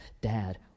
dad